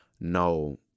no